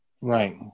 Right